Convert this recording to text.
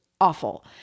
awful